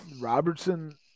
Robertson